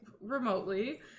remotely